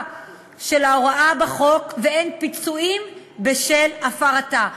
של ההוראה בחוק והן פיצויים בשל הפרתה.